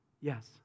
Yes